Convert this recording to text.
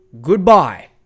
Goodbye